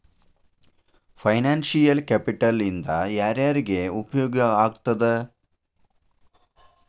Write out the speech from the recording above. Financial capital ಇಂದಾ ಯಾರ್ಯಾರಿಗೆ ಉಪಯೊಗಾಗ್ತದ?